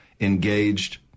engaged